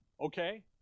Okay